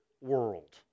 world